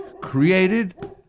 created